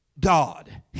God